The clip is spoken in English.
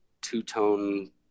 two-tone